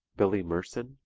billy merson,